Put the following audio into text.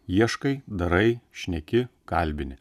ieškai darai šneki kalbini